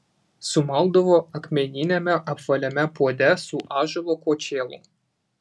sumaldavo akmeniniame apvaliame puode su ąžuolo kočėlu